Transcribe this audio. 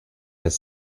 his